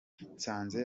nsanze